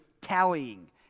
tallying